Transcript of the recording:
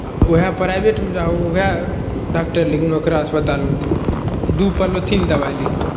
आ ओहए प्राइभेटमे जाहो ओहए डाक्टर लेकिन ओकरा अस्पतालमे तऽ ई दू पोलोथिन दबाइ लिखतो